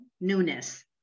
newness